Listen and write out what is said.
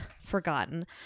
forgotten